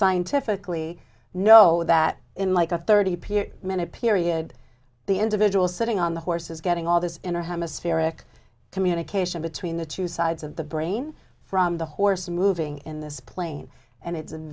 scientifically know that in like a thirty minute period the individual sitting on the horse is getting all this in our hemisphere rick communication between the two sides of the brain from the horse moving in this plane and it's a